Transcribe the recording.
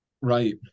Right